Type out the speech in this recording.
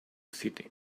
city